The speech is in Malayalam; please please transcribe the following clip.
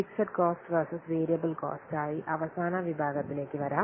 fixed cost versus variable cost ആയി അവസാന വിഭാഗത്തിലേക്ക് വരാം